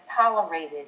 tolerated